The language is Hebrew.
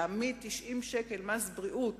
להעמיד 90 שקל מס בריאות